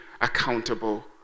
accountable